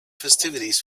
festivities